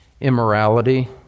Immorality